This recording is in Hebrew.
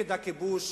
נגד הכיבוש